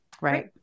Right